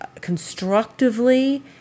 constructively